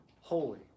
holy